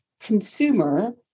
consumer